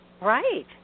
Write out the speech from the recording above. right